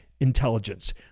intelligence